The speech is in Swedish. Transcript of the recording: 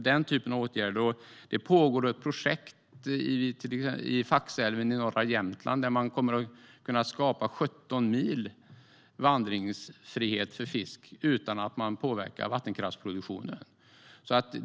Det pågår också ett projekt i Faxälven i norra Jämtland, där man kommer att kunna skapa 17 mil vandringsfrihet för fisk utan att man påverkar vattenkraftsproduktionen.